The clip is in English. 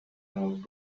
moved